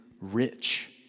rich